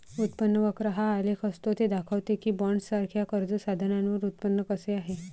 उत्पन्न वक्र हा आलेख असतो ते दाखवते की बॉण्ड्ससारख्या कर्ज साधनांवर उत्पन्न कसे आहे